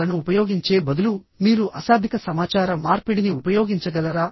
పదాలను ఉపయోగించే బదులు మీరు అశాబ్దిక సమాచార మార్పిడిని ఉపయోగించగలరా